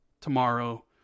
tomorrow